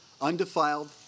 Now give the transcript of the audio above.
undefiled